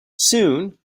soon